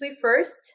first